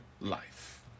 life